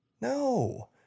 No